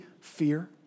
fear